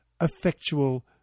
effectual